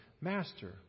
Master